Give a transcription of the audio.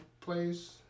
place